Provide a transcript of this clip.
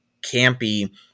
campy